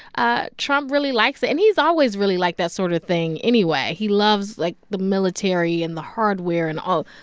ah trump really likes that. and he's always really liked that sort of thing anyway. he loves, like, the military and the hardware and all.